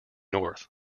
north